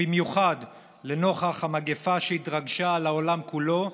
ובמיוחד לנוכח המגפה שהתרגשה על העולם כולו,